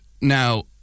Now